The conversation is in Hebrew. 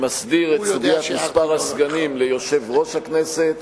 שמסדיר את סוגיית מספר הסגנים ליושב-ראש הכנסת,